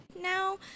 now